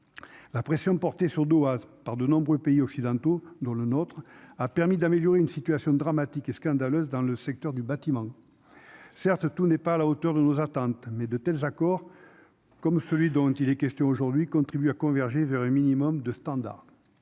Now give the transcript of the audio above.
la pression de porter sur Doha par de nombreux pays occidentaux dont le nôtre, a permis d'améliorer une situation dramatique et scandaleuse dans le secteur du bâtiment, certes, tout n'est pas à la hauteur de nos attentes, mais de tels accords comme celui dont il est question aujourd'hui contribue à converger vers un minimum de standard